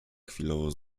chwilowo